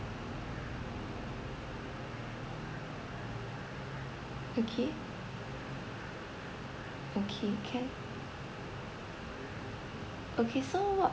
okay okay can okay so